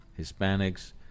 Hispanics